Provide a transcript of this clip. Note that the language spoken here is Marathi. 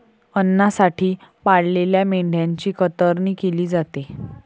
अन्नासाठी पाळलेल्या मेंढ्यांची कतरणी केली जाते